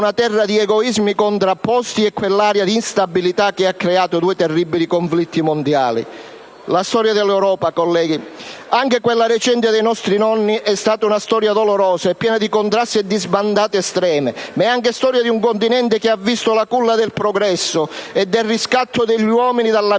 La storia dell'Europa, colleghi, anche quella recente dei nostri nonni, è stata dolorosa e piena di contrasti e sbandate estreme. È però anche storia di un continente che ha visto la culla del progresso e del riscatto degli uomini dalla miseria